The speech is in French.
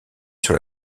sur